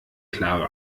klare